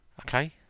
Okay